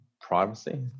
privacy